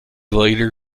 later